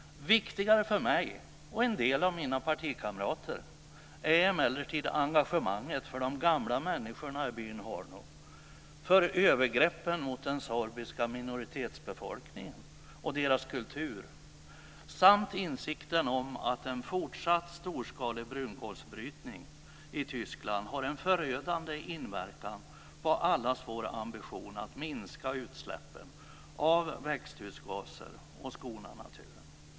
Viktigare för mig och en del av mina partikamrater är emellertid engagemanget för de gamla människorna i byn Horno. Det gäller också övergreppen mot den sorbiska minoritetsbefolkningen och dess kultur. Viktig är också insikten om att en fortsatt storskalig bunkolsbrytning i Tyskland har en förödande inverkan på allas vår ambition att minska utsläppen av växthusgaser och skona naturen.